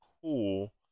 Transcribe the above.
cool